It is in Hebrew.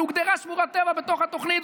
שהוגדרה שמורת טבע בתוך התוכנית,